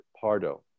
Pardo